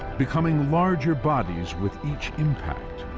becoming larger bodies with each impact.